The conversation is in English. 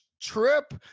trip